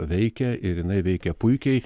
veikia ir jinai veikia puikiai